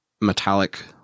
metallic